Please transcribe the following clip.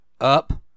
up